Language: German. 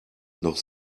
noch